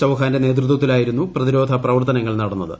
ചൌഹാന്റെ നേതൃത്വത്തിലായിരുന്നു പ്രതിരോധ പ്രവർത്തനങ്ങൾ നടന്നത്